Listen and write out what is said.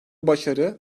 başarı